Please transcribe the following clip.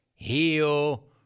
Heal